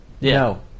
No